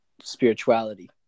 spirituality